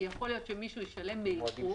כי יכול להיות שמישהו ישלם באיחור,